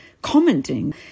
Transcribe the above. commenting